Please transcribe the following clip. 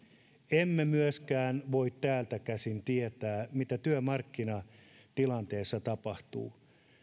emme myöskään voi täältä käsin tietää mitä työmarkkinatilanteessa tapahtuu